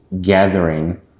gathering